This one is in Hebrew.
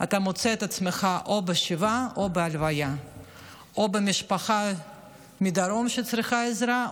אתה מוצא את עצמך או בשבעה או בהלוויה או במשפחה מהדרום שצריכה עזרה,